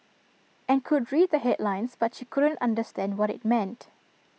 and could read the headlines but she couldn't understand what IT meant